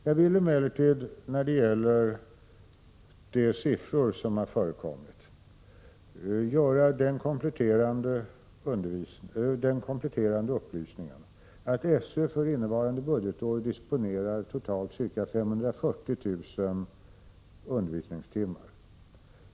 Jag vill emellertid när det gäller de siffror som har förekommit ge den kompletterande upplysningen att SÖ för innevarande budgetår disponerar totalt ca 540 000 undervisningstimmar.